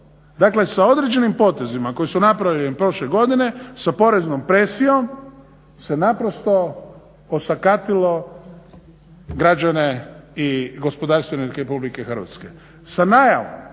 Dakle, sa određenim potezima koji su napravljeni prošle godine, sa poreznom presijom se naprosto osakatilo građane i gospodarstvenike Republike Hrvatske.